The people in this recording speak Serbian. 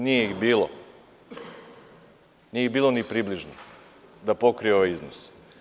Nije ih bilo, nije ih bilo ni približno da pokriju ovaj iznos.